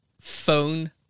phone